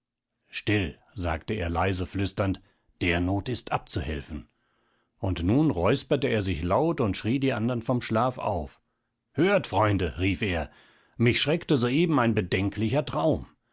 still sagte er leise flüsternd der not ist abzuhelfen und nun räusperte er sich laut und schrie die andern vom schlaf auf hört freunde rief er mich schreckte so eben ein bedenklicher traum